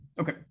Okay